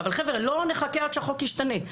אבל חבר'ה, לא נחכה עד שהחוק ישתנה.